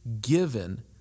given